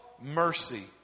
mercy